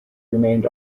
remained